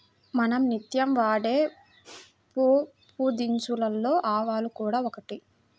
మనం నిత్యం వాడే పోపుదినుసులలో ఆవాలు కూడా ఒకటి